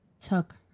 took